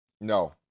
No